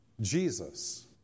Jesus